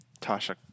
Tasha